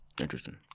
Interesting